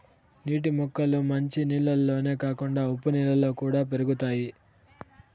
నీటి మొక్కలు మంచి నీళ్ళల్లోనే కాకుండా ఉప్పు నీళ్ళలో కూడా పెరుగుతాయి